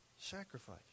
Sacrifice